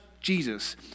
Jesus